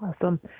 Awesome